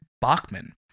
Bachman